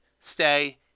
stay